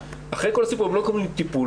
אחרי כל הסיפור הם לא מקבלים טיפול,